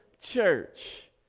Church